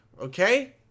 okay